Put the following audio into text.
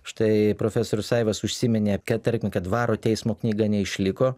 štai profesorius aivas užsiminė kad tarkime kad dvaro teismo knyga neišliko